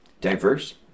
diverse